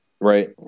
Right